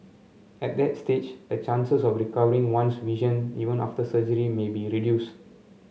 at that stage the chances of recovering one's vision even after surgery may be reduced